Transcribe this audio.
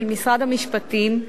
של משרד המשפטים,